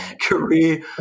career